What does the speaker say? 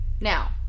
now